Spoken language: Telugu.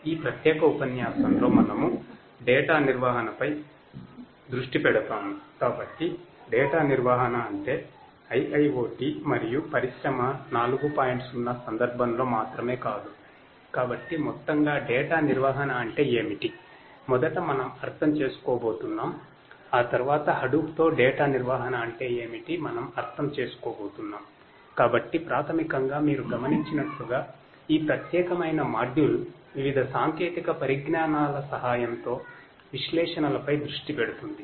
ఈ ప్రత్యేక ఉపన్యాసంలో మనము డేటా వివిధ సాంకేతిక పరిజ్ఞానాల సహాయంతో విశ్లేషణలపై దృష్టి పెడుతుంది